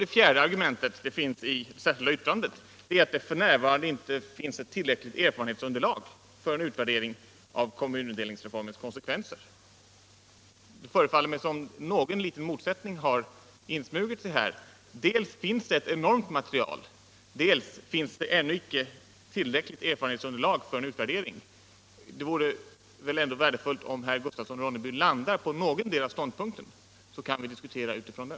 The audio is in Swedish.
Det fjärde argumentet — det finns i det särskilda yttrandet — är att det f. n. saknas ett tillräckligt erfarenhetsunderlag för en utvärdering av kommunindelningsreformens konsekvenser. Det förefaller mig som om någon liten motsättning har insmugit sig mellan dessa argument. Dels finns ett enormt material, dels finns det ännu icke tillräckligt erfarenhetsunderlag för en utvärdering. Det vore väl ändå värdefullt om herr Gustafsson i Ronneby ville landa på någondera ståndpunkten, så att vi kunde diskutera utifrån den.